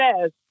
Says